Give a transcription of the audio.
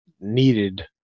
needed